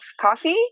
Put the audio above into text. coffee